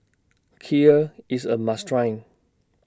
Kheer IS A must Try